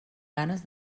ganes